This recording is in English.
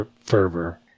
fervor